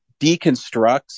deconstructs